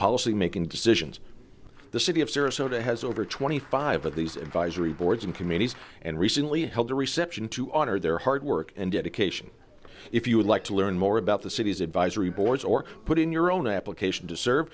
policy making decisions the city of sarasota has over twenty five of these advisory boards and committees and recently held a reception to honor their hard work and dedication if you would like to learn more about the city's advisory boards or put in your own application to serve